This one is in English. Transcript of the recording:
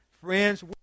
friends